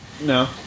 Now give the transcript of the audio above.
No